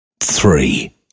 three